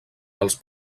dels